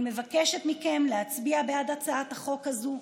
אני מבקשת מכם להצביע בעד הצעת החוק הזו,